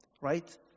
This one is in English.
right